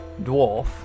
dwarf